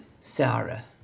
Sarah